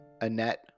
annette